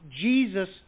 Jesus